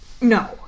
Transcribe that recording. no